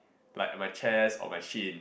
like my chest or my shin